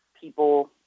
people